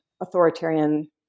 authoritarian